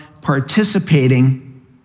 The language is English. participating